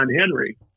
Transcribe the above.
Henry